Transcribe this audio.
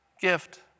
gift